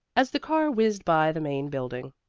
as the car whizzed by the main building,